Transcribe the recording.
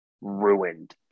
ruined